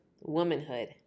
womanhood